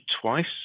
twice